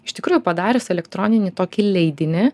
iš tikrųjų padarius elektroninį tokį leidinį